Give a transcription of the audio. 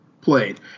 played